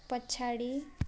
पछाडि